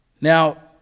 Now